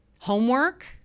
homework